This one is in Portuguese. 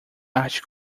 arte